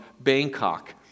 Bangkok